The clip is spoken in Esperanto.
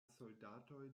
soldatoj